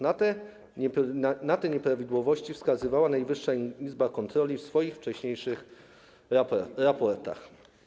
Na te nieprawidłowości wskazywała Najwyższa Izba Kontroli w swoich wcześniejszych raportach.